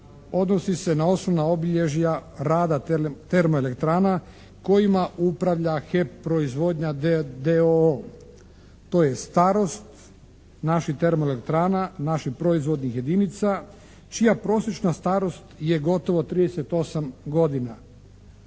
odnosi se na osnovna obilježja rada termoelektrana kojima upravlja HEP proizvodnja d.o.o. To je starost naših termoelektrana, naših proizvodnih jedinica čija prosječna starost je gotovo 38 godina.